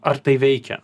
ar tai veikia